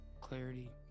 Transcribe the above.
clarity